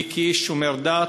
אני כאיש שומר דת,